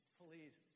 please